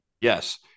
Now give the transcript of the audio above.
yes